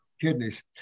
kidneys